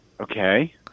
Okay